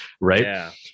right